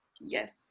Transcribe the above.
Yes